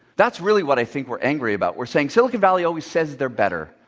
that's really what i think we're angry about. we're saying, silicon valley only says they're better.